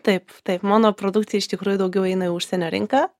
taip taip mano produkcija iš tikrųjų daugiau eina į užsienio rinką